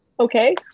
Okay